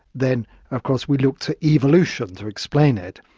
then of course we look to evolution to explain it.